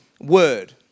Word